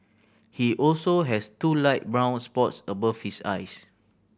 he also has two light brown spots above his eyes